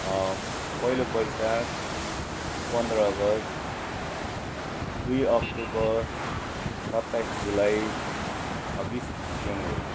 पहिलो वैशाख पन्ध्र अगस्ट दुई अक्टोबर सत्ताइस जुलाई छब्बिस जनवरी